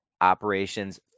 operations